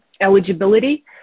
eligibility